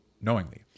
knowingly